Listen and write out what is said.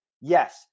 Yes